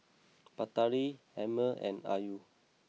Batari Ammir and Ayu